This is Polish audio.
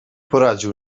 poradził